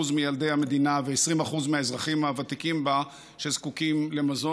מילדי המדינה ו-20% מהאזרחים הוותיקים בה שזקוקים למזון.